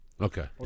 Okay